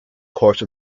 course